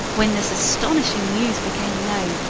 when this astonishing news became known,